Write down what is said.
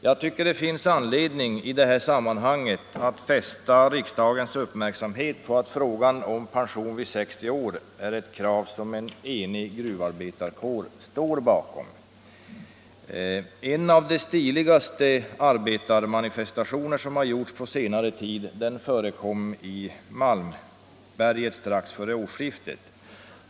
Jag tycker att det finns anledning i det här sammanhanget att fästa riksdagens uppmärksamhet på att frågan om pension vid 60 år är ett krav som en enig gruvarbetarkår står bakom. En av de stiligaste arbetarmanifestationer som gjorts på senare tid förekom i Malmberget strax före årsskiftet.